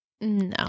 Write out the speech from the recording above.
No